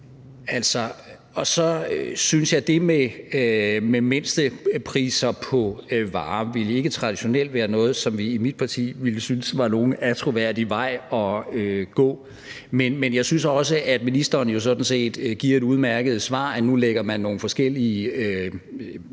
det med mindstepriser på varer ville ikke traditionelt være noget, som vi i mit parti ville synes var nogen attråværdig vej at gå. Jeg synes også, at ministeren jo sådan set giver et udmærket svar: at man lægger en plan frem